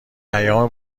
ایام